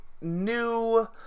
new